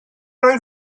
roi